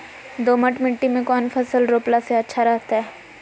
दोमट मिट्टी में कौन फसल रोपला से अच्छा रहतय?